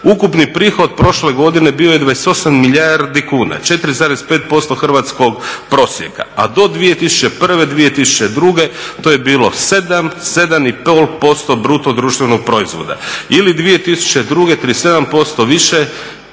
Ukupni prihod prošle godine bio je 28 milijardi kuna 4,5% hrvatskog prosjeka, a do 2001., 2002. to je bilo 7, 7 i pol posto bruto društvenog proizvoda ili 2002. 37% više